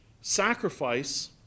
Sacrifice